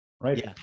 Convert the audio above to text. right